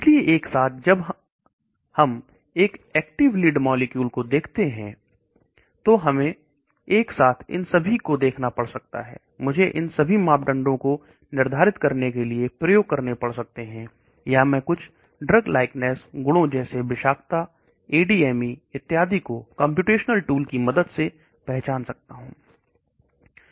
इसलिए एक साथ जब हम एक एक्टिव लीड मॉलिक्यूल को देखते हैं तो हमें एक साथ इन सभी को देखना पड़ सकता है मुझे इन सभी मापदंडों को निर्धारित करने के लिए प्रयोग करने पड़ सकते हैं या मैं कुछ ड्रग समानता गुण जैसे विषाक्तता ADME इत्यादि को कंप्यूटेशनल टूल की मदद से पहचान सकते हैं